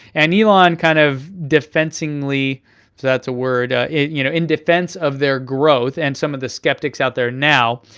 and kneelon kind of defensingly, if that's a word, you know in defense of their growth, and some of the skeptics out there now,